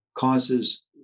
causes